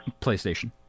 PlayStation